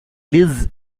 liz